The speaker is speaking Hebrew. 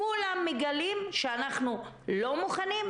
כולם מגלים שאנחנו לא מוכנים,